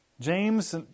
James